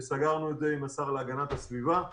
שסגרנו את זה עם השר להגנת הסביבה.